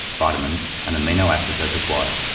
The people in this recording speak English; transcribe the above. vitamins and amino acids as required.